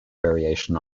variation